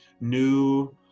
new